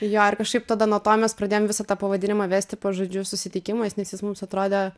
jo ir kažkaip tada nuo to mes pradėjom visą tą pavadinimą vesti po žodžių susitikimas nes jis mums atrodė